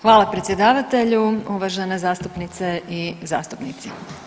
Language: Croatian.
Hvala predsjedavatelju, uvaženi zastupnice i zastupnici.